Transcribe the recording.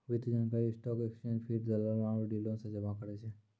वित्तीय जानकारी stock exchange feed, दलालो आरु डीलरो से जमा करै छै